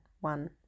one